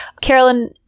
Carolyn